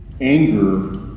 Anger